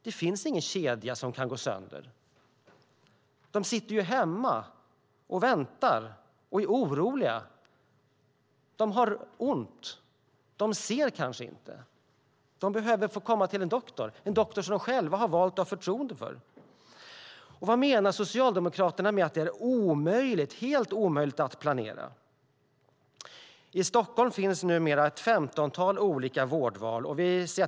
Det finns ingen kedja som kan gå sönder. De sitter hemma och väntar och är oroliga. De har ont. De ser kanske inte. De behöver få komma till en doktor som de själva har valt och har förtroende för. Vad menar Socialdemokraterna med att det är helt omöjligt att planera? I Stockholm finns numera ett femtontal olika vårdval.